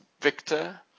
victor